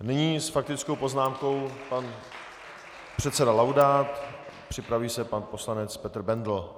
Nyní s faktickou poznámkou pan předseda Laudát, připraví se pan poslanec Petr Bendl.